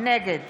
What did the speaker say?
נגד